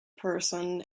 person